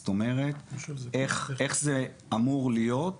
זאת אומרת איך זה אמור להיות